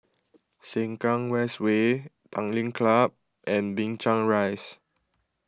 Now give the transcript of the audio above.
Sengkang West Way Tanglin Club and Binchang Rise